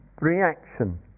reaction